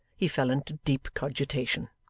he fell into deep cogitation.